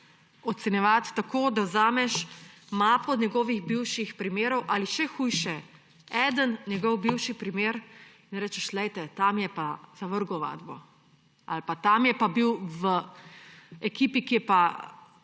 ocenjevati tako, da vzameš mapo njegovih bivših primerov ali – še hujše –, en njegov bivši primer in rečeš, glejte, ta mi je pa zavrgel ovadbo, ali pa, ta mi je pa bil v ekipi, ki je pa